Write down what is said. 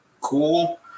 cool